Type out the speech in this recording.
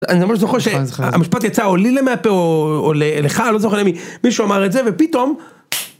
אני ממש זוכר שהמשפט יצא, או לי מהפה, או לך, אני לא זוכר מי שאמר את זה ופתאום.